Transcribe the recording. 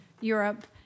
Europe